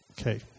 Okay